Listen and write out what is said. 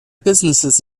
businesses